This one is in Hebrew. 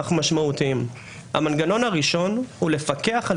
אך משמעותיים: המנגנון הראשון הוא לפקח על